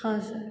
हाँ सर